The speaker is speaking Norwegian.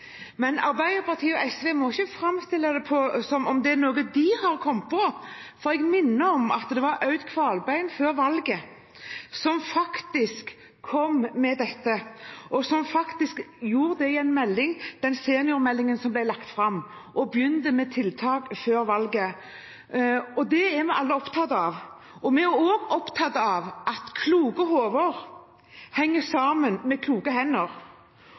noe de har kommet på. Får jeg minne om at det var Aud Kvalbein som før valget faktisk kom med dette, og som gjorde det i en melding, den seniormeldingen som ble lagt fram, og begynte med tiltak før valget. Dette er vi alle opptatt av, og vi er også opptatt av at kloke hoder henger sammen med kloke hender.